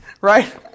right